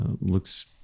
looks